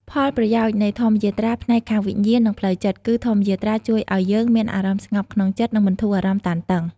ផលប្រយោជន៍នៃធម្មយាត្រាផ្នែកខាងវិញ្ញាណ និងផ្លូវចិត្ត គឺ ធម្មយាត្រាជួយឲ្យយើងមានអារម្មណ៍ស្ងប់ក្នុងចិត្ត និងបន្ធូរអារម្មណ៍តានតឹង។